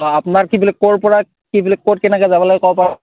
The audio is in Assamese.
অঁ আপোনাৰ কি বোলে ক'ৰ পৰা কি বুলি ক'ত কেনেকে যাবলে কওক আকৌ